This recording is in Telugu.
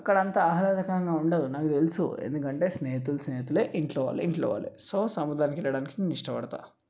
అక్కడంతా ఆహ్లాదకరంగా ఉండదు నాకు తెలుసు ఎందుకంటే స్నేహితులు స్నేహితులే ఇంట్లో వాళ్ళు ఇంట్లో వాళ్ళే సో సముద్రానికి వెళ్ళడానికి ఇష్టపడతా